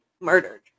murdered